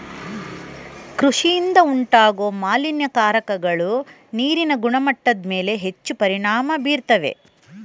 ಕೃಷಿಯಿಂದ ಉಂಟಾಗೋ ಮಾಲಿನ್ಯಕಾರಕಗಳು ನೀರಿನ ಗುಣಮಟ್ಟದ್ಮೇಲೆ ಹೆಚ್ಚು ಪರಿಣಾಮ ಬೀರ್ತವೆ